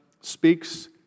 speaks